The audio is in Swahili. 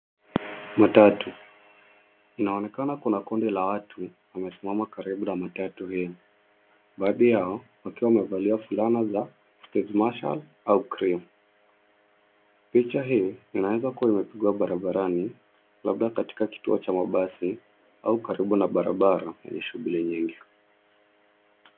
Matatu. Inaonekana kuna kundi la watu wamesimama karibu na matatu hio. Baadhi yao wakiwa wamevalia fulana za stage marshall au cream . Picha hii inaweza kuwa imepigwa barabarani labda katika kituo cha mabasi au karibu na barabara yenye shughuli nyingi.